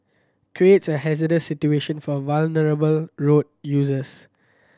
creates a hazardous situation for vulnerable road users